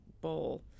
bowl